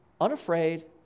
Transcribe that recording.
Unafraid